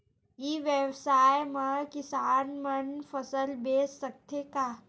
ई व्यवसाय म किसान मन फसल बेच सकथे का?